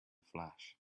flash